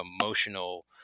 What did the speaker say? emotional